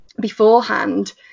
beforehand